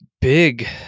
big